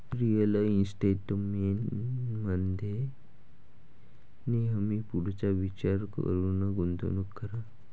real इस्टेटमध्ये नेहमी पुढचा विचार करून गुंतवणूक करा